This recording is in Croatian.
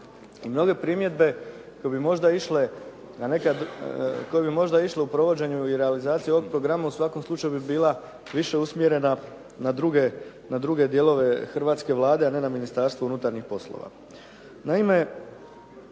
Mnoge primjedbe koje bi možda išle u provođenju i realizaciju ovog programa u svakom slučaju bi bila više usmjerenja na druge dijelove hrvatske Vlade, a ne na Ministarstvo unutarnjih poslova.